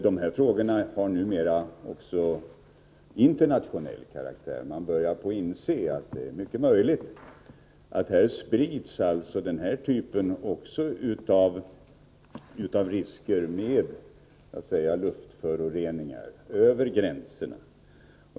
De här frågorna har också internationell karaktär — man börjar inse att det är mycket möjligt att också den här typen av risker med luftföroreningar sprids över gränserna.